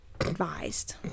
advised